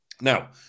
Now